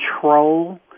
control